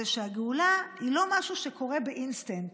שהגאולה היא לא משהו שקורה באינסטנט.